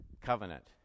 covenant